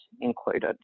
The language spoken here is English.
included